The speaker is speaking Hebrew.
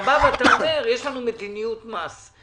אתה אומר יש לנו מדיניות מס,